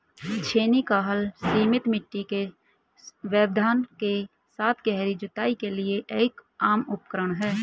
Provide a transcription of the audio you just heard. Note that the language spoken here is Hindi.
छेनी का हल सीमित मिट्टी के व्यवधान के साथ गहरी जुताई के लिए एक आम उपकरण है